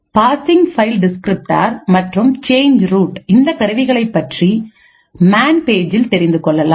passing file descriptor மற்றும் change root இந்த கருவிகளைப் பற்றி மேன் பேஜில் தெரிந்துகொள்ளலாம்